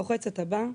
לוחצת הבא.